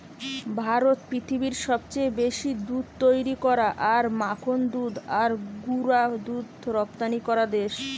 ভারত পৃথিবীর সবচেয়ে বেশি দুধ তৈরী করা আর মাখন দুধ আর গুঁড়া দুধ রপ্তানি করা দেশ